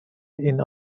این